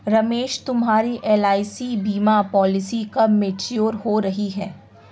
रमेश तुम्हारी एल.आई.सी बीमा पॉलिसी कब मैच्योर हो रही है?